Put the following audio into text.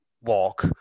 walk